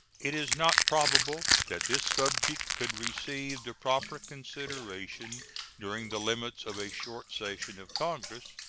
it is not probable that this subject could receive the proper consideration during the limits of a short session of congress,